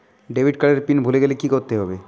Debit card এর pin ভুলে গেলে কি করতে হবে?